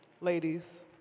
ladies